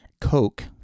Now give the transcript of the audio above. Coke